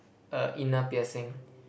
a inner piercing